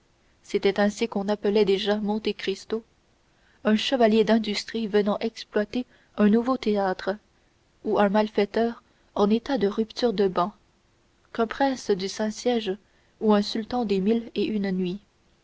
étranger cétait ainsi qu'on appelait déjà monte cristo un chevalier d'industrie venant exploiter un nouveau théâtre ou un malfaiteur en état de rupture de ban qu'un prince du saint-siège ou un sultan des mille et une nuits